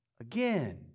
again